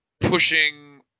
pushing